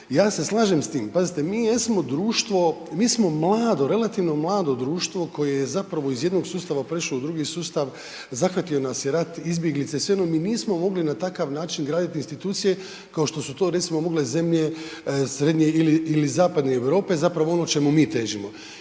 Ja se slažem s tim. Pazite, mi jesmo društvo, mi smo relativno mlado društvo koje je zapravo iz jednog sustava prešlo u drugi sustav, zahvatio nas je rat izbjeglice, svejedno mi nismo mogli na takav način graditi institucije kao što su to, recimo mogle zemlje srednje ili zapadne Europe, zapravo ono čemu mi težimo.